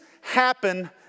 happen